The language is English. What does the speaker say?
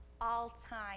all-time